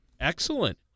Excellent